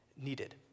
needed